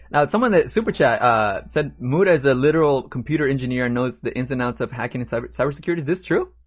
now, someone the super chat ah said, muta is a literal computer engineer and knows the ins and outs of hacking in cyber cyber security. is this true?